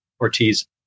Ortiz